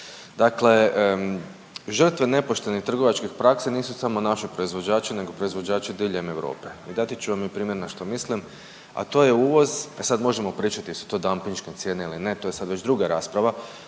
Dakle žrtve nepoštenih trgovačkih praksi nisu samo naši proizvođači nego proizvođači diljem Europe i dati ću vam i primjer na što mislim, a to je uvoz, e sad možemo pričati jesu to dampinške cijene ili ne, to je sad već druga rasprava,